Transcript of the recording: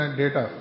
data